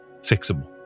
fixable